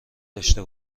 داشته